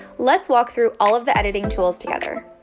let's walk through all of the editing tools together.